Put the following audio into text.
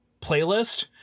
playlist